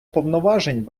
повноважень